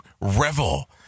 Revel